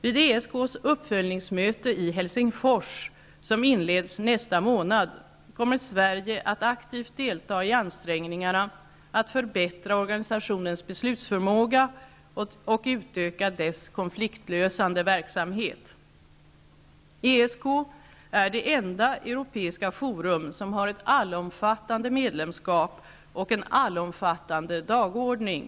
Vid ESK:s uppföljningsmöte i Helsingfors, som inleds nästa månad, kommer Sverige att aktivt delta i ansträngningarna att förbättra organisationens beslutsförmåga och utöka dess konfliktlösande verksamhet. ESK är det enda europeiska forum som har ett allomfattande medlemskap och en allomfattande dagordning.